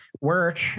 work